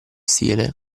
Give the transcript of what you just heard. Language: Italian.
stile